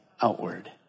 outward